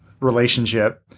relationship